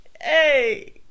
Hey